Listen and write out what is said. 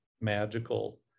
magical